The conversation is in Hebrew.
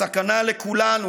הסכנה לכולנו,